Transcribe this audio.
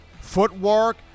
footwork